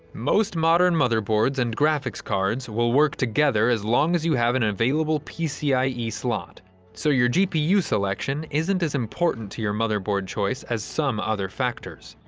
most modern motherboards and graphics cards will work together as long as you have an available pcie slot so your gpu selection isn't as important to your motherboard choice as some other factors.